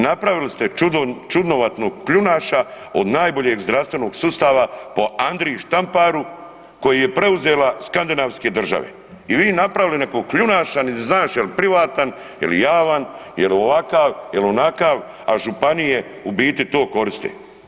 Napravili ste čudnovatog kljunaša od najboljeg zdravstvenog sustava po Andriji Štamparu koji je preuzela skandinavske države i vi napravili nekog kljunaša, nit znaš je li privatan, je li javan, je li ovakav, je li onakav, a županije u biti to koriste.